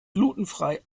glutenfrei